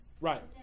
Right